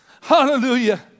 Hallelujah